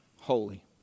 holy